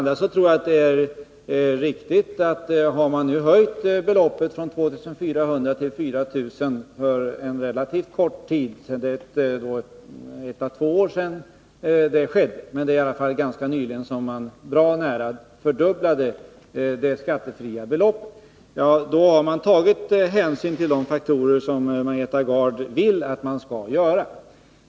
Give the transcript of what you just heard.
Dessutom tror jag att det är riktigt att har man nu höjt beloppet från 2 400 kr. till 4 000 kr. och bra nära fördubblat det skattefria beloppet för relativt kort tid sedan — det skedde för ett å två år sedan — så har man tagit hänsyn till de faktorer som Margareta Gard vill att man skall ta hänsyn till.